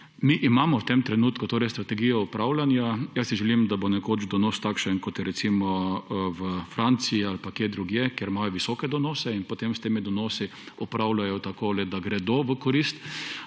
Mi imamo v tem trenutku torej strategijo upravljanja. Jaz si želim, da bo nekoč donos takšen kot je recimo v Franciji ali pa kje drugje, kjer imajo visoke donose in potem s temi donosi opravljajo tako, da gredo v korist